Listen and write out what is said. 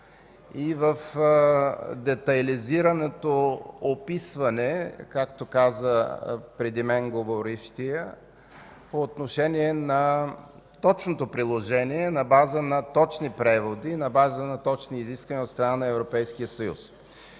и детайлизираното описване, както каза говорившия преди мен, по отношение на точното приложение на базата на точни преводи, на базата на точни изисквания от страна на Европейския съюз.